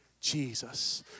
jesus